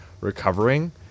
recovering